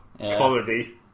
comedy